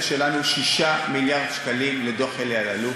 שלנו 6 מיליארד שקלים לדוח אלי אלאלוף,